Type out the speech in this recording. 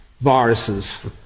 viruses